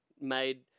made